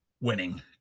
winning